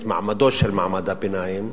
את מעמדו של מעמד הביניים,